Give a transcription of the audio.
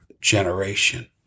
generation